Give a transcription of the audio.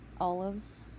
olives